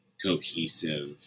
cohesive